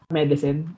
medicine